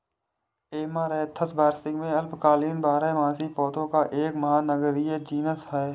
amaranthus वार्षिक या अल्पकालिक बारहमासी पौधों का एक महानगरीय जीनस है